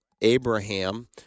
Abraham